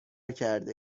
کرده